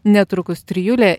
netrukus trijulė